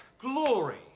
Glory